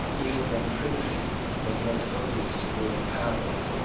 even when prelacy was most odious to the ruling powers,